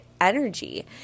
energy